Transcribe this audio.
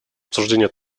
обсуждение